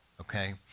okay